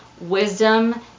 wisdom